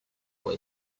boy